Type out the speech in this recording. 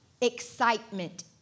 excitement